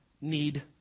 need